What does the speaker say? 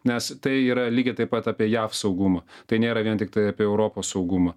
nes tai yra lygiai taip pat apie jav saugumą tai nėra vien tiktai apie europos saugumą